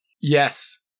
Yes